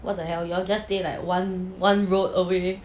what the hell you're just stay like one one road away